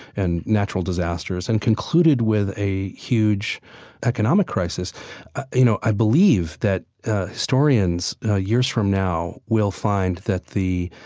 and natural disasters. and concluded with a huge economic crisis you know, i believed that historians years from now will find that the,